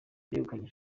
begukanye